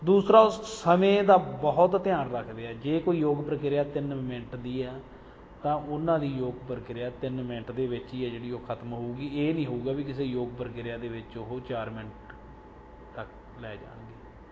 ਦੂਸਰਾ ਉਹ ਸਮੇਂ ਦਾ ਬਹੁਤ ਧਿਆਨ ਰੱਖਦੇ ਆ ਜੇ ਕੋਈ ਯੋਗ ਪ੍ਰਕਿਰਿਆ ਤਿੰਨ ਮਿੰਟ ਦੀ ਹੈ ਤਾਂ ਉਹਨਾਂ ਦੀ ਯੋਗ ਪ੍ਰਕਿਰਿਆ ਤਿੰਨ ਮਿੰਟ ਦੇ ਵਿੱਚ ਹੀ ਹੈ ਜਿਹੜੀ ਉਹ ਖਤਮ ਹੋਊਗੀ ਇਹ ਨਹੀਂ ਹੋਊਗਾ ਵੀ ਕਿਸੇ ਯੋਗ ਪ੍ਰਕਿਰਿਆ ਦੇ ਵਿੱਚ ਉਹ ਚਾਰ ਮਿੰਟ ਤੱਕ ਲੈ ਜਾਣਗੇ